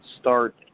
start